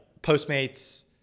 Postmates